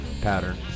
pattern